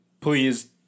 please